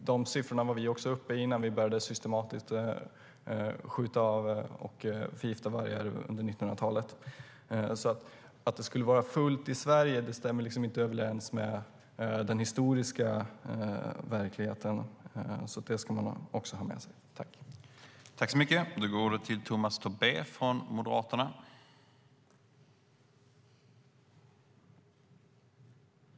De siffrorna var vi också uppe i innan vi under 1900-talet började systematiskt skjuta av och förgifta vargar. Att det skulle vara fullt i Sverige stämmer alltså inte överens med den historiska verkligheten. Det ska man också ha med sig.